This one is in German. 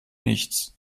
nichts